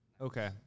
Okay